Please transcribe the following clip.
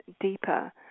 deeper